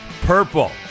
Purple